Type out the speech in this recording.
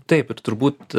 taip ir turbūt